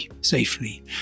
safely